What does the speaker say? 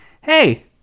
hey